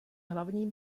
hlavním